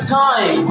time